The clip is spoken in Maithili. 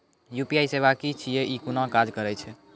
यु.पी.आई सेवा की छियै? ई कूना काज करै छै?